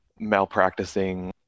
malpracticing